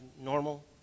normal